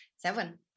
seven